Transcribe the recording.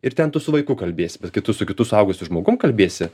ir ten tu su vaiku kalbiesi bet kai tu su kitu suaugusiu žmogum kalbiesi